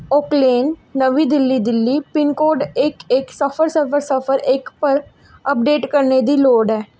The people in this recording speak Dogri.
ओकलेन नमीं दिल्ली दिल्ली पिन कोड इक सिफर सिफर सिफर इक अपडेट करने दी लोड़ ऐ